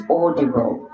audible